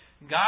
God